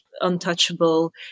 untouchable